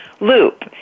loop